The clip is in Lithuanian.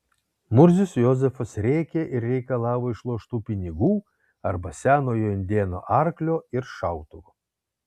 murzius jozefas rėkė ir reikalavo išloštų pinigų arba senojo indėno arklio ir šautuvo